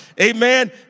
Amen